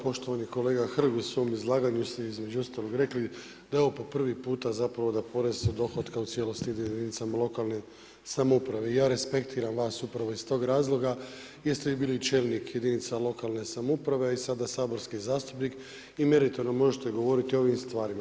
Poštovani kolega Hrg, u svom izlaganju ste između ostalog rekli da je ovo po prvi puta da porez od dohotka ide u cijelosti jedinicama lokalne samouprave i ja respektiram vas upravo iz tog razloga jer ste vi bili čelnik jedinica lokalne samouprave i sada saborski zastupnik i meritorno možete govoriti o ovim stvarima.